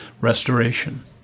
restoration